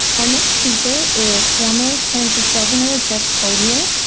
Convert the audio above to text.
our next speaker is former kansas governor, jeff colyer.